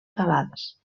salades